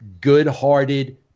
good-hearted